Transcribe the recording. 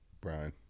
Brian